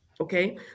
okay